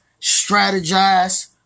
strategize